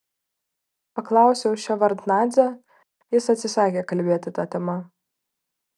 paklausiau ševardnadzę jis atsisakė kalbėti ta tema